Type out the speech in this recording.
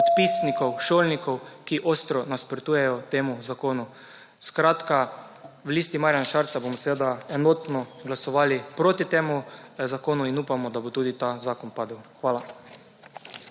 podpisnikov, šolnikov, ki ostro nasprotujejo temu zakonu. Skratka, v Listi Marjana Šarca bomo enotno glasovali proti temu zakonu in upamo tudi da bo ta zakon padel. Hvala.